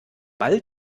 ball